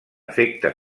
efecte